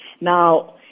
Now